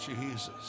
Jesus